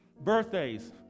Birthdays